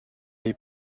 les